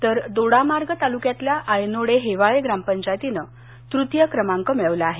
तर दोडामार्ग तालुक्यातल्या यनोडे हेवाळे ग्रामपंचायतीनं तृतीय क्रमांक मिळवला हे